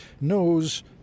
knows